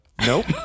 Nope